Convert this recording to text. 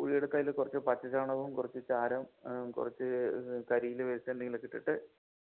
കുഴി എടുക്കുക അതില് കുറച്ച് പച്ച ചാണകവും കുറച്ച് ചാരം കുറച്ച് കരീല് വെളിച്ചെണ്ണയിൽ ഒക്കെ ഇട്ടിട്ട്